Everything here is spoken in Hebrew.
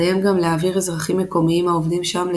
עליהם גם להעביר אזרחים מקומיים העובדים שם,